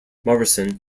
morrison